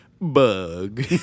bug